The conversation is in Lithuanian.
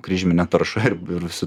kryžminė tarša ir su